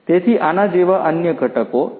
તેથી આના જેવા અન્ય ઘટકો છે